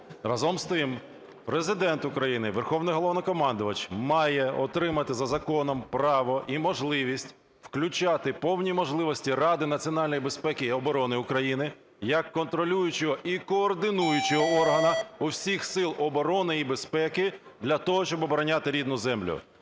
Разом з тим, Президент України – Верховний Головнокомандувач, має отримати за законом право і можливість включати повні можливості Ради національної безпеки і оборони України як контролюючого і координуючого органу усіх сил оборони і безпеки для того, щоб обороняти рідну землю.